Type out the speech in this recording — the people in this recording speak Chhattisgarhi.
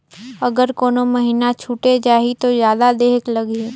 अगर कोनो महीना छुटे जाही तो जादा देहेक लगही?